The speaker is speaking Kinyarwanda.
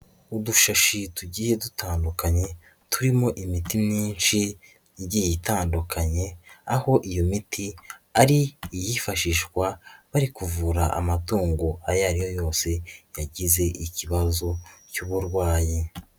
Udushashi tugiye dutandukanye turimo imiti myinshi igiye itandukanye aho iyo miti ari iyifashishwa bari kuvura amatungo ayo ariyo yose yagize ikibazo cy'uburwayi.